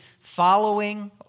following